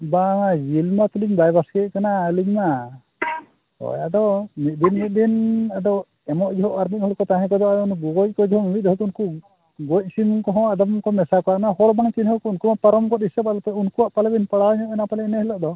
ᱵᱟᱝᱟ ᱡᱤᱞ ᱢᱟᱛᱚᱞᱤᱧ ᱵᱟᱭ ᱵᱟᱥᱠᱮ ᱠᱟᱱᱟ ᱟᱹᱞᱤᱧᱢᱟ ᱦᱳᱭ ᱟᱫᱚ ᱢᱤᱫ ᱫᱤᱱ ᱢᱤᱫ ᱫᱤᱱ ᱟᱫᱚ ᱮᱢᱚᱜ ᱡᱚᱦᱚᱜ ᱟᱨ ᱢᱤᱫ ᱦᱚᱲ ᱠᱚ ᱛᱟᱦᱮᱸ ᱠᱚᱫᱚᱜ ᱜᱚᱜᱚᱡ ᱠᱚᱫᱚ ᱢᱤᱫ ᱫᱚᱢᱛᱮ ᱩᱱᱠᱩ ᱜᱚᱡ ᱥᱤᱢ ᱠᱚᱦᱚᱸ ᱟᱫᱚᱢ ᱠᱚ ᱢᱮᱥᱟ ᱠᱚᱣᱟ ᱩᱱᱟᱹᱜ ᱦᱚᱲ ᱵᱟᱝ ᱪᱤᱱᱦᱟᱹᱣ ᱠᱚ ᱩᱱᱠᱩ ᱦᱚᱸ ᱩᱱᱠᱩᱣᱟᱜ ᱯᱟᱞᱮᱱ ᱵᱤᱱ ᱯᱟᱲᱟᱣ ᱧᱚᱜ ᱮᱱᱟ ᱯᱟᱞᱮᱱ ᱤᱱᱟᱹ ᱦᱤᱞᱳᱜ ᱫᱚ